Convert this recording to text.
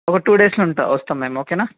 ఒక టూ డేస్లో ఉంటా వస్తాం మ్యామ్ ఒకేనా